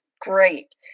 great